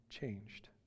changed